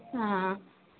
ஆ ஆ